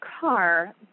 car